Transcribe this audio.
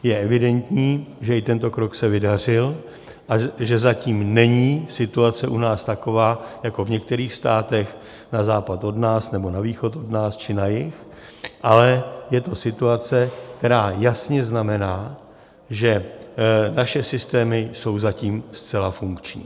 Je evidentní, že i tento krok se vydařil a že zatím není situace u nás taková jako v některých státech na západ od nás, nebo na východ od nás, či na jih, ale je to situace, která jasně znamená, že naše systémy jsou zatím zcela funkční.